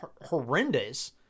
horrendous